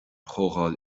chomhdháil